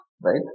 right